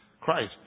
Christ